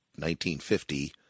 1950